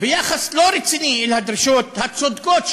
ויחס לא רציני לדרישות הצודקות.